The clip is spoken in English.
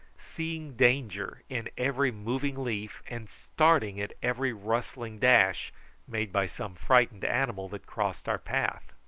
seeing danger in every moving leaf, and starting at every rustling dash made by some frightened animal that crossed our path.